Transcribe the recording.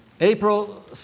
April